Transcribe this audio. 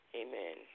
amen